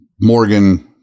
Morgan